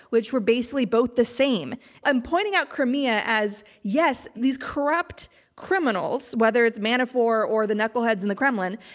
which were basically both the same and pointing out crimea as yes, these corrupt criminals, whether it's manafort or the knuckleheads in the kremlin,